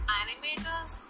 animators